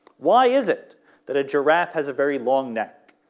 why is it that a giraffe has a very long neck?